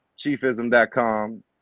chiefism.com